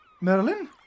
Merlin